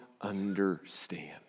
understand